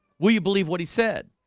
will you believe what he said?